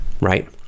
right